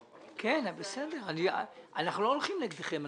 בסדר, אנחנו לא הולכים נגדכם.